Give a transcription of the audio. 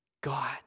God